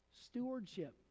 Stewardship